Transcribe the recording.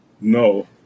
No